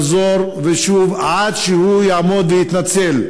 חזור ושוב, עד שהוא יעמוד ויתנצל.